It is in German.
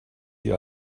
die